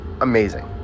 Amazing